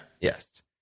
Yes